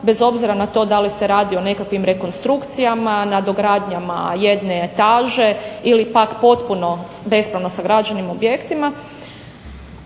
bez obzira na to da li se radi o nekakvim rekonstrukcijama, nadogradnjama jedne etaže ili pak potpuno bespravno sagrađenim objektima.